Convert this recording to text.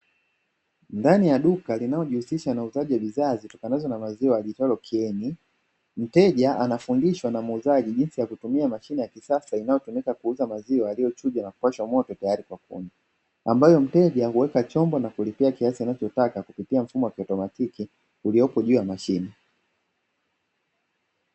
Ndani ya duka linalojihusisha na uuzaji wa bidhaa zinazotokana na maziwa liitwalo KIENI. Mteja anafundishwa na muuzaji jinsi ya kutumia mashine ya kisasa inayotumika kuuza maziwa yalilyo chujwa na kupashwa moto tayari kwa kunywa, ambayo mteja huweka chombo na kulipia kiasi anachotaka kupitia mfumo wa kiotomatiki uliopo juu ya mashine.